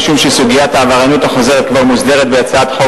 משום שסוגיית העבריינות החוזרת כבר מוסדרת בהצעת חוק